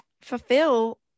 fulfill